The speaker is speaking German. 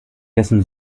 dessen